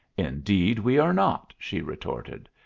indeed, we are not, she retorted.